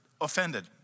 offended